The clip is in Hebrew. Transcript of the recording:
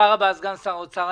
תודה רבה סגן שר האוצר.